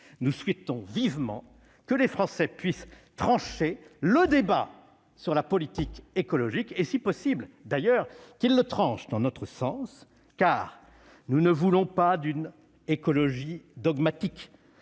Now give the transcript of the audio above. nous souhaitons vivement que les Français puissent trancher le débat sur la politique écologique, si possible dans notre sens. Nous ne voulons pas d'une écologie dogmatique